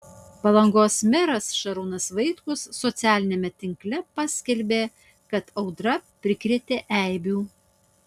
palangos meras šarūnas vaitkus socialiniame tinkle paskelbė kad audra prikrėtė eibių